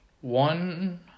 One